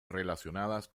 relacionadas